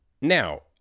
Now